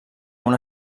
una